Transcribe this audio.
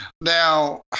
Now